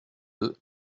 deux